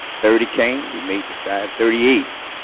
thirty came, we made the stride. thirty eight,